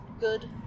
good